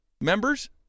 members